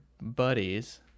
Buddies